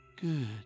Good